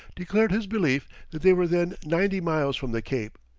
declared his belief that they were then ninety miles from the cape,